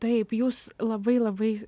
taip jūs labai labai